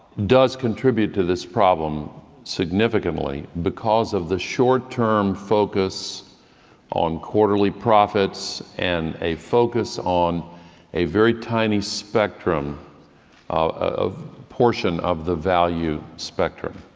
does contribute to this problem significantly because of the short-term focus on quarterly profits and a focus on a very tiny spectrum of portion of the value spectrum.